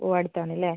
ഓ അടുത്താണല്ലേ